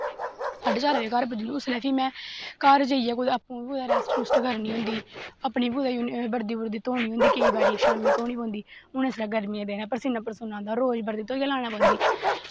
साड्डे चार बज़े घर पुज्जनी उसलै में घर जाइयै आपूं बी कुदै रैस्ट रुस्ट करनी होंदी अपनी बी कुदै बर्दी बुर्दी धोनी होंदी हून इसलै गर्मियें दे दिन न परसीनां परसूनां आंदा रोज़ बड्डलै धोइयै लानी पौंदी